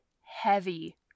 heavy